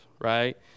right